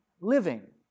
living